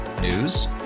News